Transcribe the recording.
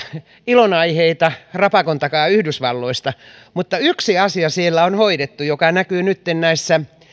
ilonaiheita rapakon takaa yhdysvalloista mutta yksi asia siellä on hoidettu joka näkyy nytten